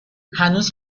هنوز